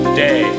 day